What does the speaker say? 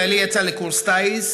בעלי יצא לקורס טיס,